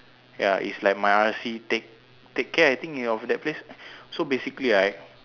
ya is like my R_C take take care I think of that place so basically right